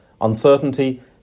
Uncertainty